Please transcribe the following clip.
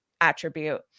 attribute